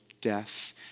death